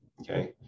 okay